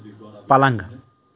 پلنٛگ